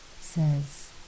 says